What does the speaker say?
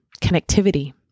connectivity